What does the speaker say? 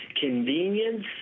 convenience